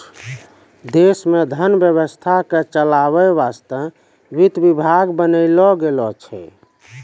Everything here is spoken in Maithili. देश मे धन व्यवस्था के चलावै वासतै वित्त विभाग बनैलो गेलो छै